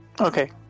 okay